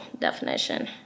definition